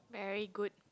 very good